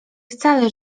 wcale